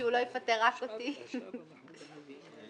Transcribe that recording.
אני